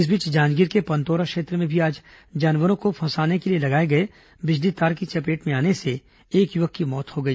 इस बीच जांजगीर के पंतौरा क्षेत्र में भी आज जानवरों को फंसाने के लिए लगाए गए बिजली तार की चपेट में आने से एक युवक की मौत हो गई